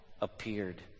Appeared